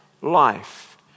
life